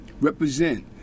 Represent